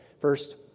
First